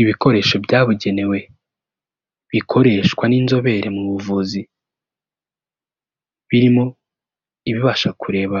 Ibikoresho byabugenewe bikoreshwa n'inzobere mu buvuzi birimo ibibasha kureba